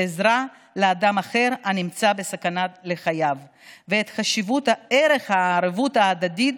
עזרה לאדם אחר הנמצא בסכנה לחייו ואת חשיבות ערך הערבות ההדדית